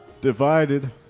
divided